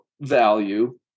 value